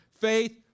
Faith